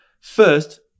First